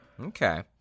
Okay